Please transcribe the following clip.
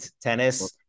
tennis